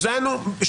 זה הנוהל.